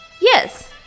Yes